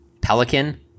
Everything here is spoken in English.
pelican